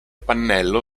pannello